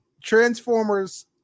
transformers